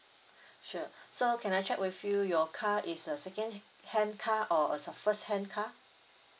sure so can I check with you your car is a second ha~ hand car or a is a first hand car